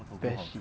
best shit